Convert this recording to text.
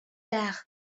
tard